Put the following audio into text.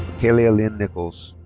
makaila lynn nichols.